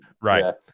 Right